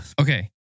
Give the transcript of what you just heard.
Okay